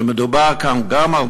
שמדובר כאן גם על